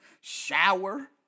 shower